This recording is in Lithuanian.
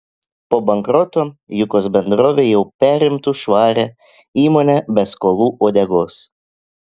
po bankroto jukos bendrovė jau perimtų švarią įmonę be skolų uodegos